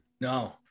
No